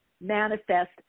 manifest